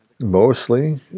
Mostly